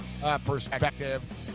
perspective